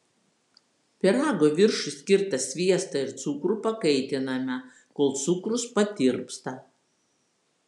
pyrago viršui skirtą sviestą ir cukrų pakaitiname kol cukrus patirpsta